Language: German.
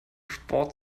sport